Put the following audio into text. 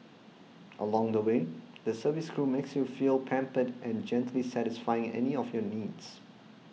along the way the service crew makes you feel pampered and gently satisfying any of your needs